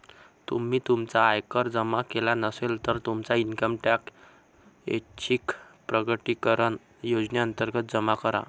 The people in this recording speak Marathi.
तुम्ही तुमचा आयकर जमा केला नसेल, तर तुमचा इन्कम टॅक्स ऐच्छिक प्रकटीकरण योजनेअंतर्गत जमा करा